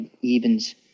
evens